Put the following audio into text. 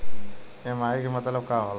EMI के मतलब का होला?